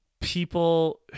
People